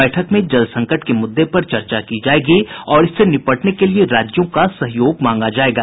बैठक में जल संकट के मुद्दे पर चर्चा की जाएगी और इससे निपटने के लिए राज्यों का सहयोग मांगा जाएगा